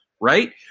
Right